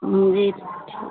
जी